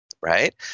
right